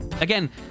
Again